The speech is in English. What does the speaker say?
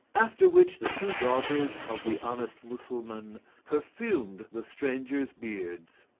after which the two daughters of the honest mussulman perfumed the strangers' beards.